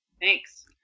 Thanks